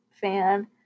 fan